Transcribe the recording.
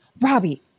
Robbie